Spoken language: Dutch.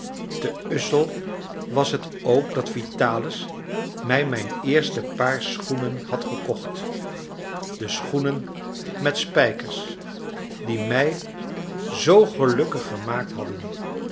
te ussel was het ook dat vitalis mij mijn eerste paar schoenen had gekocht die schoenen met spijkers die mij zoo gelukkig gemaakt hadden